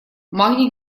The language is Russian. магний